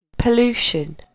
Pollution